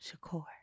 Shakur